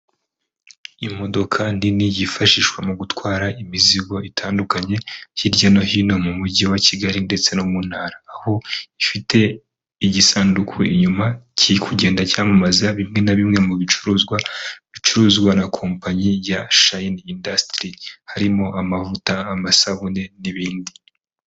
Imodoka nini yifashishwa mu gutwara imizigo itandukanye hirya no hino mu mugii wa Kigali ndetse no mu ntara, aho ifite igisanduku inyuma kiri kugenda cyamamaza bimwe na bimwe mu bicuruzwa bicuruzwa na kompanyi ya Shayini indasiti, ri harimo amavuta, amasabune n'ibindi.